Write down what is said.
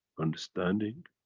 understanding